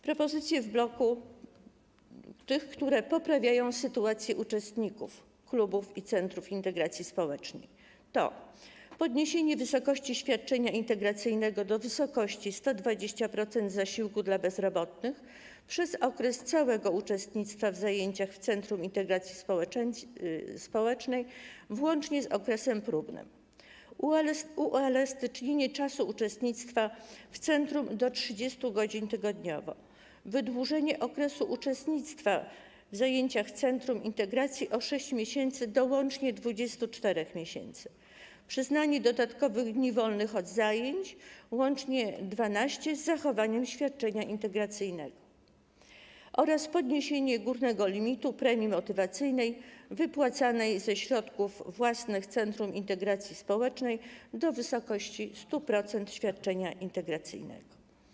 Propozycje, które poprawiają sytuację uczestników klubów i centrów integracji społecznej, to: podniesienie wysokości świadczenia integracyjnego do wysokości 120% zasiłku dla bezrobotnych przez okres całego uczestnictwa w zajęciach centrum integracji społecznej, włącznie z okresem próbnym; uelastycznienie czasu uczestnictwa w centrum do 30 godzin tygodniowo; wydłużenie okresu uczestnictwa w zajęciach centrum integracji o 6 miesięcy, do łącznie 24 miesięcy; przyznanie dodatkowych dni wolnych od zajęć, łącznie 12, z zachowaniem świadczenia integracyjnego; podniesienie górnego limitu premii motywacyjnej, wypłacanej ze środków własnych centrum integracji społecznej, do wysokości 100% świadczenia integracyjnego.